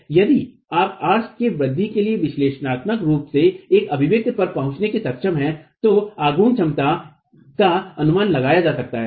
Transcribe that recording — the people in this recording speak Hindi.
इसलिए यदि आप आर्क के वृद्धि के लिए विश्लेषणात्मक रूप से एक अभिव्यक्ति पर पहुंचने में सक्षम हैं तो पल क्षमता का अनुमान लगाया जा सकता है